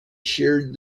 sheared